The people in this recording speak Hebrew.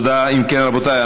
רבותיי,